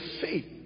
faith